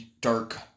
dark